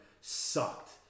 sucked